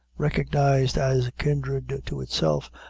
recognize as kindred to itself,